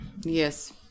Yes